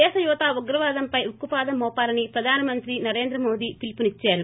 దేశ యువత ఉగ్రవాదంపై ఉక్కుపాదం మోపాలని ప్రధానమంత్రి నరేంద్రమోదీ పిలుపునిచ్చారు